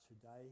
today